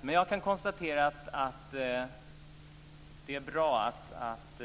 Men jag kan konstatera att det är bra att